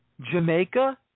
Jamaica